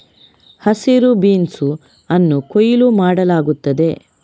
ಹಸಿರು ಬೀನ್ಸ್ ಅನ್ನು ಕೊಯ್ಲು ಮಾಡಲಾಗುತ್ತದೆ